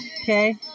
Okay